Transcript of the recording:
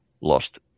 lost